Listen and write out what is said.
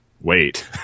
wait